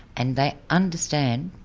and they understand,